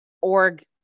org